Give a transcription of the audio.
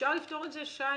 אפשר לפתור את זה, שי?